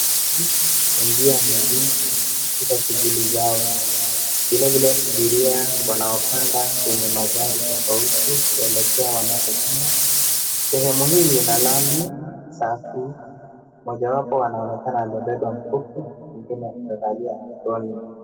Wapita njia mjini katika shughuli zao. Vilevile abiria wanaopanda kwenye magari tofauti kuelekea wanakokwenda. Sehemu hii ina lami safi, mmojawapo anaonekana amebeba mfuko na mwingine amevalia aproni.